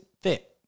fit